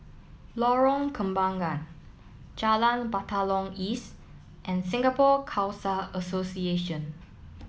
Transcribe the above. Lorong Kembangan Jalan Batalong East and Singapore Khalsa Association